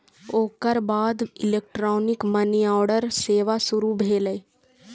ओकर बाद electronic money order सेवा शुरू भेलै